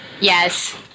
Yes